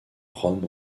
rome